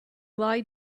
lie